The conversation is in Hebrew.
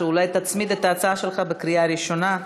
שאולי תצמיד את ההצעה שלך בקריאה הראשונה,